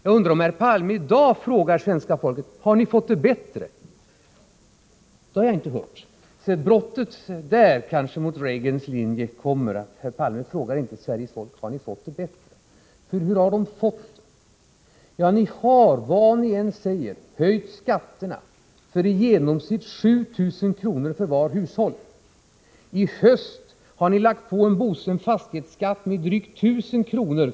Jag undrar om herr Palme i dag frågar svenska folket: Har ni fått det bättre? Det har jag inte hört. Brottet mot herr Reagans linje kommer kanske här — herr Palme frågar inte Sveriges folk: Har ni fått det bättre? För hur har man fått det? Ni har — vad ni än säger — höjt skatterna med i genomsnitt 7 000 kr. för varje hushåll. I höst har ni lagt på en fastighetsskatt med drygt 1 000 kr.